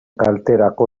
kalterako